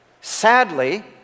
Sadly